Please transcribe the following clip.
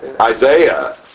Isaiah